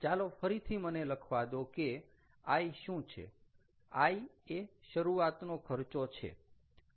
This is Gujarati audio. ચાલો ફરીથી મને લખવા દો કે I શું છે I એ શરૂઆતનો ખર્ચો છે